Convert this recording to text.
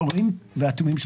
הדבר הזה יכול להגיע ל-10%.